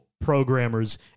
programmers